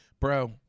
Bro